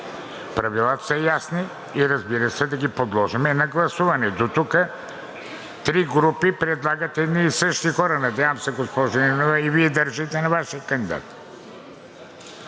правилата са ясни и разбира се, да ги подложим и на гласуване. Дотук три групи предлагат едни и същи хора. Надявам се, госпожо Нинова, и Вие държите на Вашия кандидат.